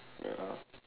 ya